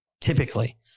typically